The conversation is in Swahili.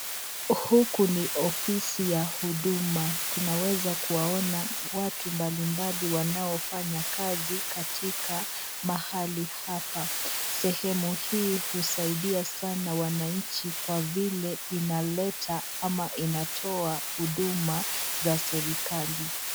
Huku ni ofisi ya huduma. Tunaweza kuwaona watu mbali mbali, wanaofanya kazi katika mahali hapa, sehemu hii husaidia sana wananchi kwa vile inaleta ama inatoa huduma za serikali.